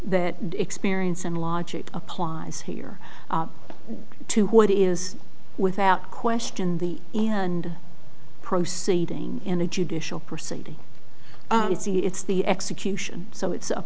that experience and logic applies here to what is without question the and proceeding in a judicial proceeding it's the execution so it's a